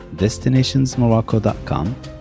destinationsmorocco.com